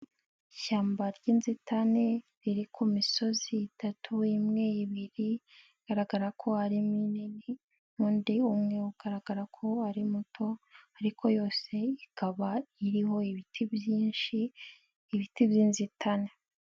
Ishyamba ry'inzitane riri ku misozi itatu, imwe ibiri bigaragara ko ari minini, undi umwe ugaragara ko ari muto, ariko yose ikaba iriho ibiti byinshi, ibiti by'inzitane.